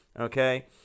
okay